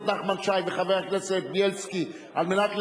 נחמן שי וחבר הכנסת בילסקי על מנת לנמק.